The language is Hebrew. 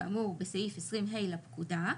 כאמור בסעיף 20ה לפקודה,